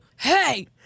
Hey